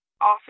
often